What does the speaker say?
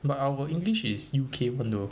but our english is U_K [one] though